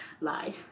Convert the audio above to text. Lie